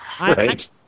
right